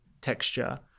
texture